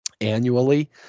annually